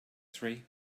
three